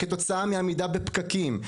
כתוצאה מעמידה בפקקים,